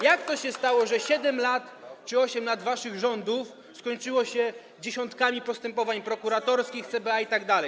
Jak to się stało, że 7 czy 8 lat waszych rządów skończyło się dziesiątkami postępowań prokuratorskich, CBA itd.